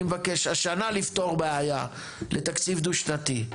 אני מבקש השנה לפתור בעיה לתקציב דו שנתי.